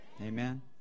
Amen